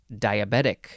diabetic